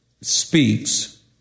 speaks